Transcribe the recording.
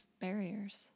barriers